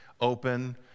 open